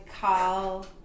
call